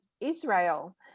Israel